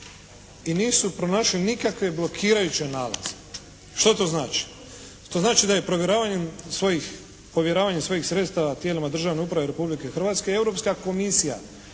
i nisu pronašli nikakve blokirajuće nalaze. Što to znači? To znači da je povjeravanjem svojih sredstava tijelima državne uprave Republike Hrvatske Europska komisija